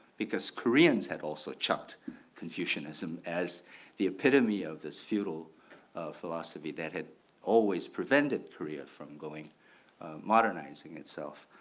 because koreans had also chopped confucianism. as the epitome of this feudal philosophy that had always prevented career from going modernizing itself.